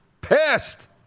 pissed